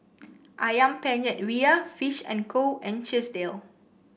ayam Penyet Ria Fish and Co and Chesdale